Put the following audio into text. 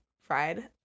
Fried